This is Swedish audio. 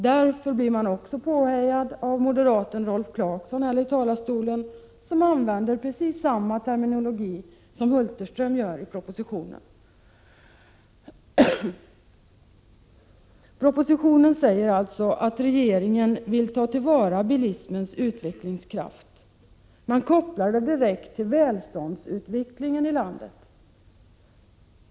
Därför blir regeringen också påhejad här i talarstolen av moderaten Rolf Clarkson, som använder precis samma terminologi som Hulterström i propositionen. I propositionen sägs alltså att regeringen vill ta till vara bilismens utvecklingskraft. Denna kopplas direkt till välståndsutvecklingen i landet.